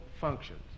functions